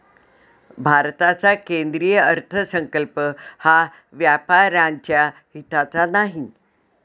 भारताचा केंद्रीय अर्थसंकल्प हा व्यापाऱ्यांच्या हिताचा नाही